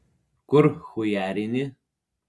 kur chujarini